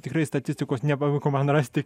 tikrai statistikos nepavyko man rasti